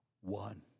one